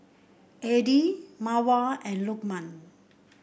Adi Mawar and Lukman